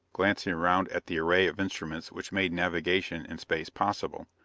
glancing around at the array of instruments which made navigation in space possible.